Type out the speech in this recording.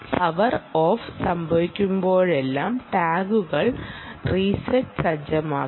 power off സംഭവിക്കുമ്പോഴെല്ലാം ടാഗുകൾ reset സജ്ജമാക്കും